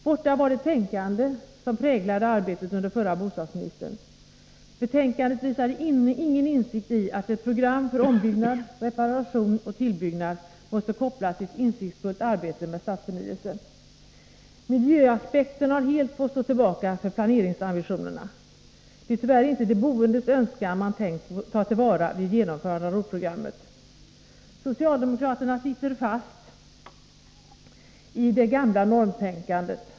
Borta var det tänkande som präglade arbetet under förra bostadsministern. Betänkandet visade ingen insikt i att ett program för ombyggnad, reparation och tillbyggnad måste kopplas till ett insiktsfullt arbete med stadsförnyelse. Miljöaspekten har helt fått stå tillbaka för planeringsambitionerna. Det är tyvärr inte de boendes önskan man tänkt ta till vara vid genomförandet av ROT-programmet. Socialdemokraterna sitter fast i det gamla normtänkandet.